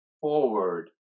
forward